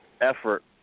effort